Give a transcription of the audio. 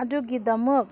ꯑꯗꯨꯒꯤꯗꯃꯛ